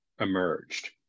emerged